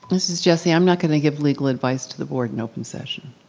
mrs. jessie, i'm not gonna give legal advice to the board in open session.